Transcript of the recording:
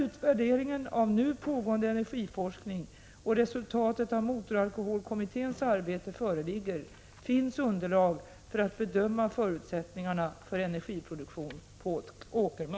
1985/86:142 <motoralkoholkommitténs arbete föreligger finns underlag för att bedöma